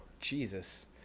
Jesus